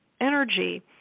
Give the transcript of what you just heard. energy